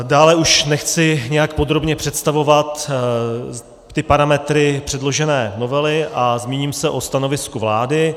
Dále už nechci nějak podrobně představovat ty parametry předložené novely a zmíním se o stanovisku vlády.